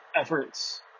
efforts